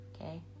okay